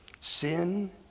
Sin